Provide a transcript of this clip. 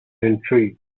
intrigues